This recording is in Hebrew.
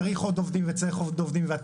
צריך עוד עובדים ועוד עובדים,